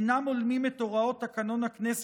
אינם הולמים את הוראות תקנון הכנסת,